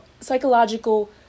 psychological